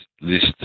list